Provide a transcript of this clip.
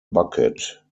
bucket